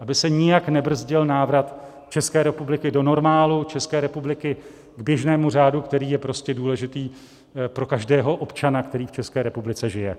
Aby se nijak nebrzdil návrat České republiky do normálu, České republiky k běžnému řádu, který je prostě důležitý pro každého občana, který v České republice žije.